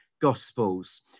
Gospels